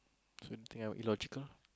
illogical